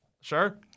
Sure